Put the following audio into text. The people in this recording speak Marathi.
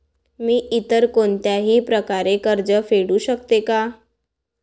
मी इतर कोणत्याही प्रकारे कर्ज फेडू शकते का?